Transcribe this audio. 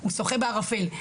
הוא שוחה בערפל.